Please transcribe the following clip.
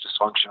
dysfunction